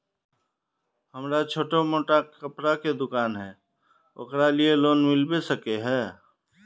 हमरा छोटो मोटा कपड़ा के दुकान है ओकरा लिए लोन मिलबे सके है?